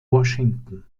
washington